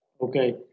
Okay